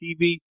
TV